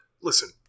listen